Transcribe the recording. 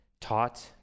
taught